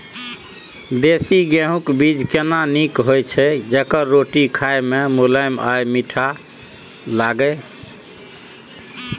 देसी गेहूँ बीज केना नीक होय छै जेकर रोटी खाय मे मुलायम आ मीठ लागय?